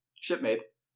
shipmates